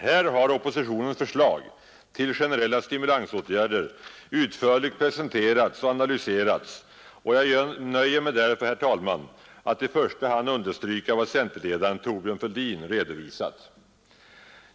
Här har oppositionens förslag till generella stimulansåtgärder utförligt presenterats och analyserats och jag nöjer mig därför, herr talman, med att i första hand understryka vad centerledaren Thorbjörn Fälldin redovisat.